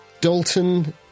Dalton